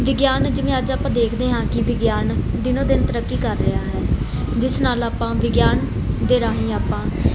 ਵਿਗਿਆਨ ਜਿਵੇਂ ਅੱਜ ਆਪਾਂ ਦੇਖਦੇ ਹਾਂ ਕਿ ਵਿਗਿਆਨ ਦਿਨੋਂ ਦਿਨ ਤਰੱਕੀ ਕਰ ਰਿਹਾ ਹੈ ਜਿਸ ਨਾਲ ਆਪਾਂ ਵਿਗਿਆਨ ਦੇ ਰਾਹੀਂ ਆਪਾਂ